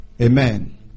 Amen